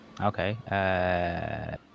Okay